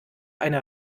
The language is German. eine